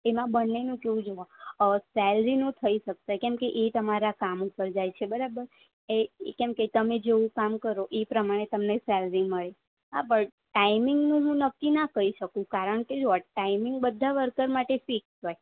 એમાં બંનેનું કેવું જો સેલેરીનું થઈ શકશે કેમકે એ તમારા કામ ઉપર જાય છે બરાબર એ કેમકે તમે જેવું કામ કરો એ પ્રમાણે તેમને સેલેરી મળે હા પણ ટાઇમિંગનું હું નક્કી ના કહી શકું કારણકે જુઓ ટાઈમિંગ બધા વર્કર માટે ફિક્સ હોય